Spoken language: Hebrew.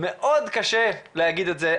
מאוד קשה להגיד את זה,